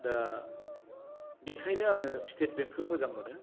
दा बेखायनो आङो स्टेट बेंकखौ मोजां मोनो